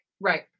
right